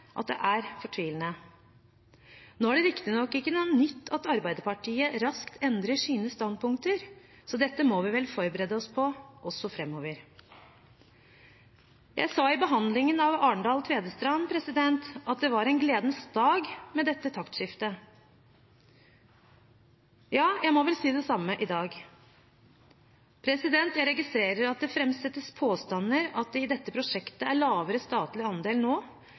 at det er fortvilende. Nå er det riktignok ikke noe nytt at Arbeiderpartiet raskt endrer sine standpunkter, så dette må vi vel forberede oss på også framover. Jeg sa under behandlingen av proposisjonen for Arendal–Tvedestrand at det var en gledens dag med dette taktskiftet. Ja – jeg må vel si det samme i dag. Jeg registrerer at det framsettes påstander om at det i dette prosjektet er lavere statlig andel